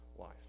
Life